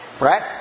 Right